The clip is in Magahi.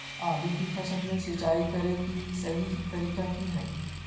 आलू की फसल में सिंचाई करें कि सही तरीका की हय?